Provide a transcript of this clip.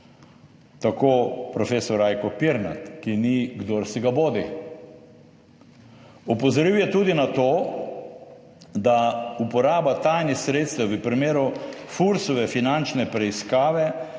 profesor Rajko Pirnat, ki ni kdorsibodi. Opozoril je tudi na to, da uporaba tajnih sredstev v primeru Fursove finančne preiskave